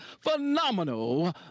phenomenal